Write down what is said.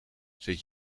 zet